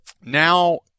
Now